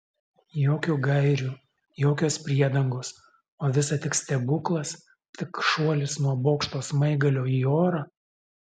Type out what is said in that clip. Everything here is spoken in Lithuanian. jokių gairių jokios priedangos o visa tik stebuklas tik šuolis nuo bokšto smaigalio į orą